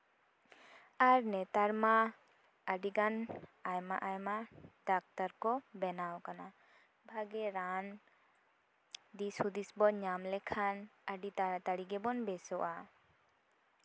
ᱟᱨ ᱱᱮᱛᱟᱨ ᱢᱟ ᱟᱹᱰᱤᱜᱟᱱ ᱟᱭᱢᱟ ᱟᱭᱢᱟ ᱰᱟᱠᱛᱟᱨ ᱠᱚ ᱵᱮᱱᱟᱣ ᱠᱟᱱᱟ ᱵᱷᱟᱜᱮ ᱨᱟᱱ ᱫᱤᱥ ᱦᱩᱫᱤᱥ ᱵᱚᱱ ᱧᱟᱢ ᱞᱮᱠᱷᱟᱱ ᱟᱹᱰᱤ ᱛᱟᱲᱟᱛᱟᱹᱲᱤ ᱜᱮᱵᱚᱱ ᱵᱮᱥᱚᱜᱼᱟ